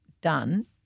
done